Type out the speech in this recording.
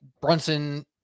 Brunson